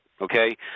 Okay